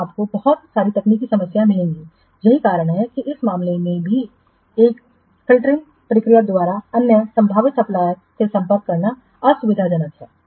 तो आपको बहुत सारी तकनीकी समस्याएं मिलेंगी यही कारण है कि इस मामले में भी एक फ़िल्टरिंग प्रक्रिया द्वारा अन्य संभावित सप्लायरससे संपर्क करना असुविधाजनक है